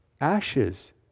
Ashes